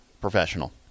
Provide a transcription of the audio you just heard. professional